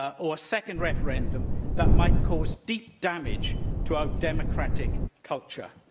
or a second referendum that might cause deep damage to our democratic culture.